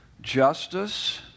Justice